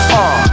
on